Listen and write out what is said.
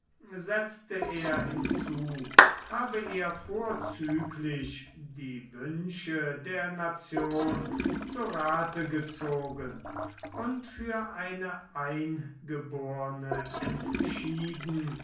setzte er hinzu habe er vorzüglich die wünsche der nation zu rathe gezogen und für eine eingeborne entschieden